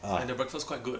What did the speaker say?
and the breakfast quite good